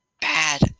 bad